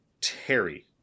Terry